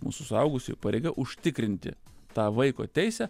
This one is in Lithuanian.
mūsų suaugusiųjų pareiga užtikrinti tą vaiko teisę